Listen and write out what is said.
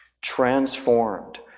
transformed